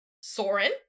Soren